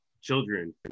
children